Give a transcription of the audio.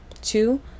Two